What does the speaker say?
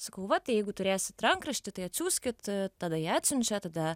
sakau va tai jeigu turėsit rankraštį tai atsiųskit tada jie atsiunčia tada